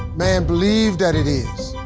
man believe that it is.